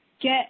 Get